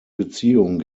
beziehung